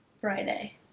friday